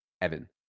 evan